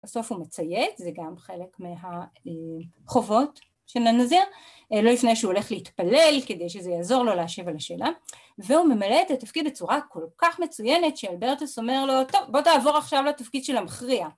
בסוף הוא מציית, זה גם חלק מהחובות של הנזיר, לא לפני שהוא הולך להתפלל כדי שזה יעזור לו להשיב על השאלה, והוא ממלא את התפקיד בצורה כל כך מצוינת שאלברטוס אומר לו, טוב, בוא תעבור עכשיו לתפקיד של המכריע.